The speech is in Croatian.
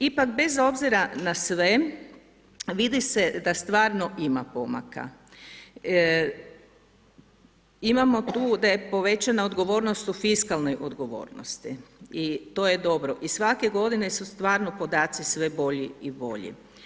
Ipak bez obzira na sve, vidi se da stvarno ima pomaka, imamo tu da je povećana odgovornost u fiskalnoj odgovornosti i to je dobro i svake g. su stvarno podaci sve bolji i bolji.